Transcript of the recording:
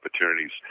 opportunities